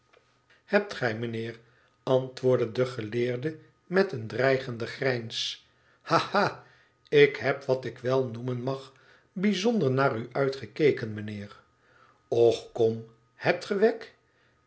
hebt gij mijnheer antwoordde de geleerde met een dreigenden grijns ha ha ik heb wat ik wel noemen mag bijzonder naar u uitgekeken mijnheer och kom hebt ge